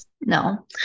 No